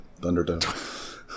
Thunderdome